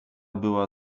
była